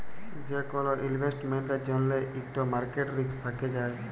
যে কল ইলভেস্টমেল্টের জ্যনহে ইকট মার্কেট রিস্ক থ্যাকে যায়